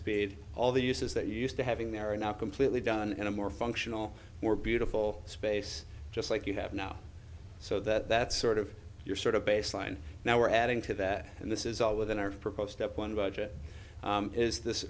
speed all the uses that you used to having there are now completely done in a more functional more beautiful space just like you have now so that's sort of your sort of baseline now we're adding to that and this is all within our proposed up one budget is this